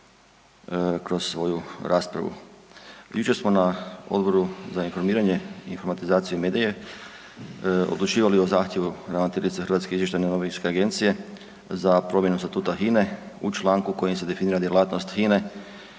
kroz svoju raspravu.